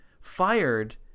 Fired